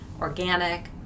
organic